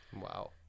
Wow